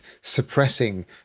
suppressing